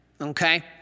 Okay